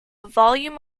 volume